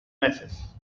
meses